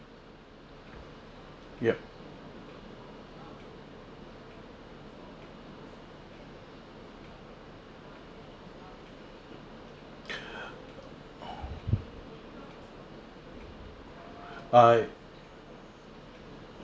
yup uh